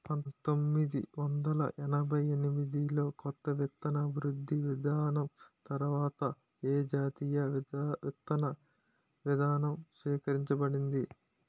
పంతోమ్మిది వందల ఎనభై ఎనిమిది లో కొత్త విత్తన అభివృద్ధి విధానం తర్వాత ఏ జాతీయ విత్తన విధానం స్వీకరించబడింది?